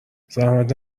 زحمت